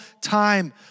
time